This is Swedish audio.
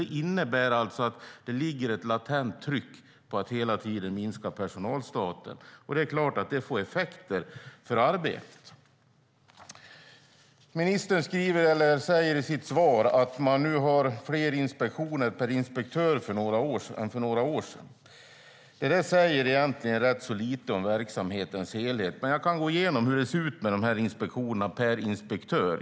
Det innebär att det ligger ett latent tryck på att hela tiden minska personalstaben, och det är klart att det får effekter för arbetet. Ministern säger i sitt svar att man nu har fler inspektioner per inspektör än för några år sedan. Det säger egentligen rätt lite om verksamhetens helhet, men jag kan gå igenom hur det ser ut när det gäller inspektioner per inspektör.